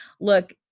look